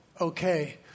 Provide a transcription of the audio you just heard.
okay